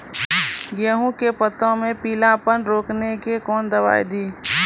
गेहूँ के पत्तों मे पीलापन रोकने के कौन दवाई दी?